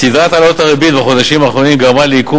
סדרת העלאות הריבית בחודשים האחרונים גרמה לייקור